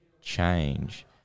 change